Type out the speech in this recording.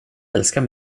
älskar